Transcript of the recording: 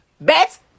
Bet